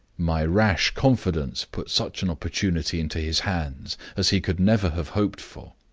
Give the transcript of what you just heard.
my rash confidence put such an opportunity into his hands as he could never have hoped for.